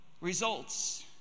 results